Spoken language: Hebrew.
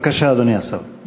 אדוני השר, בבקשה.